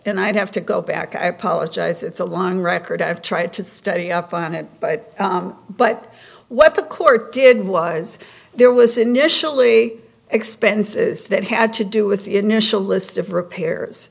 and i have to go back i apologize it's a long record i've tried to study up on it but but what the court did was there was initially expenses that had to do with the initial list of repairs